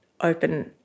open